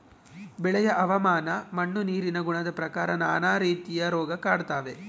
ಬೆಳೆಯ ಹವಾಮಾನ ಮಣ್ಣು ನೀರಿನ ಗುಣದ ಪ್ರಕಾರ ನಾನಾ ರೀತಿಯ ರೋಗ ಕಾಡ್ತಾವೆ